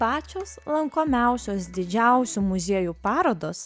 pačios lankomiausios didžiausių muziejų parodos